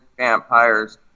vampires